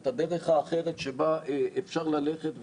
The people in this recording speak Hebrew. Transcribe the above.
את הדרך האחרת שבה אפשר ללכת,